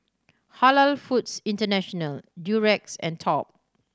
Halal Foods International Durex and Top